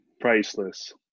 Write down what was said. priceless